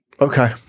okay